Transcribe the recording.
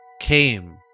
came